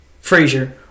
Frazier